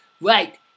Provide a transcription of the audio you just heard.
Right